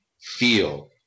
feel